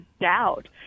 doubt